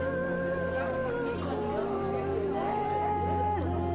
היו בהתחלה אנשים שהרשו לעצמם לזלזל בקורונה,